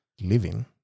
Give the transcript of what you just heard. Living